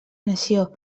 nació